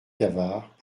cavard